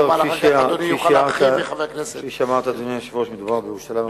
אחר כך אדוני יוכל להרחיב.